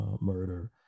murder